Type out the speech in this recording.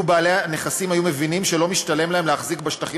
בעלי הנכסים היו מבינים שלא משתלם להם להחזיק בשטחים